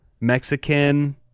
Mexican